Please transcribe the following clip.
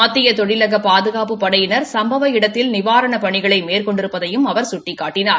மத்திய தொழிலக பாதுகாப்புப் படையினர் சம்பவ இடத்தில் நிவாரணப் பணிகளை மேற்கொண்டிருப்பதையும் அவர் சுட்டிக்காட்டினார்